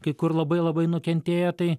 kai kur labai labai nukentėjo tai